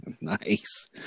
Nice